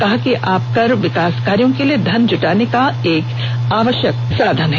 कहा ँ कि आय कर विकास कार्यो के लिए धन जुटाने का एक आवश्यक साधन है